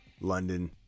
London